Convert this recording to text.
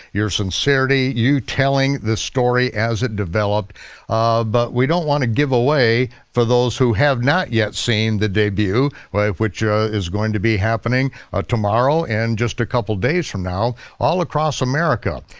your sincerity, you telling the story as it developed but we don't want to give away for those who have not yet seen the debut, which is going to be happening ah tomorrow and just a couple of days from now all across america.